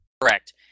Correct